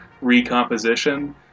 recomposition